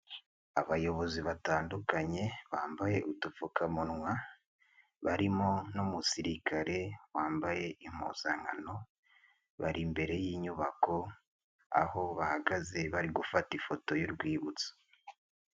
Abayobozi batandukanye bambaye udupfukamunwa barimo n'umusirikare wambaye impuzankano, bari imbere y'inyubako aho bahagaze bari gufata ifoto y'urwibutso.